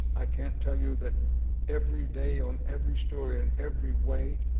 i can't tell you that every day on every story in every way